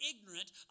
ignorant